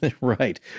Right